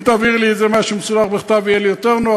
אם תעבירי לי משהו מסודר, בכתב, יהיה לי יותר נוח.